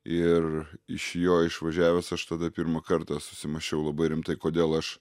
ir iš jo išvažiavęs aš tada pirmą kartą susimąsčiau labai rimtai kodėl aš